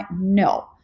No